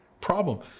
problem